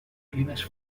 climes